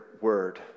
word